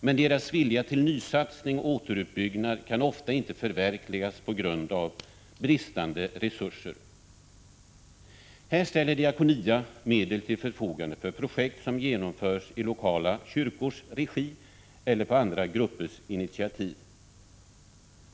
Men deras vilja till nysatsning och återuppbyggnad kan ofta inte förverkligas på grund av bristande resurser. Här ställer Diakonia medel till förfogande för projekt som genomförs i lokala kyrkors regi eller på andra gruppers initiativ.